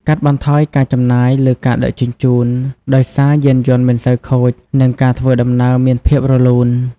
កាត់បន្ថយការចំណាយលើការដឹកជញ្ជូន ដោយសារយានយន្តមិនសូវខូច និងការធ្វើដំណើរមានភាពរលូន។